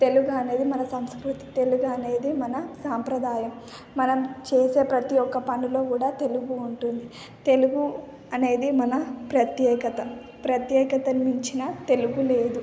తెలుగు అనేది మన సంస్కృతి తెలుగు అనేది మన సాంప్రదాయం మనం చేసే ప్రతి యొక్క పనిలో కూడా తెలుగు ఉంటుంది తెలుగు అనేది మన ప్రత్యేకత ప్రత్యేకతలు ఇచ్చిన తెలుగు లేదు